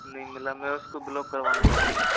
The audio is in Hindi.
नहीं मिला मैं उसको ब्लॉक करवाना चाहता हूँ